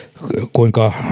kuinka